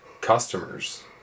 customers